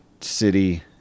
city